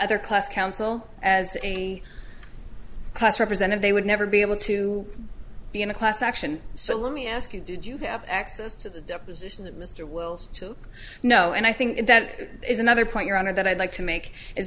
other class counsel as a class represented they would never be able to be in a class action so let me ask you did you have access to the deposition of mr wills to know and i think that is another point your honor that i'd like to make is